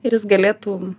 ir jis galėtų